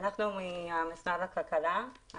אנחנו ממשרד הכלכלה.